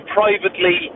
privately